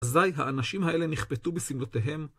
אזי האנשים האלה נכפתו בסמדותיהם.